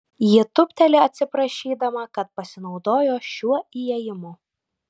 ji tūpteli atsiprašydama kad pasinaudojo šiuo įėjimu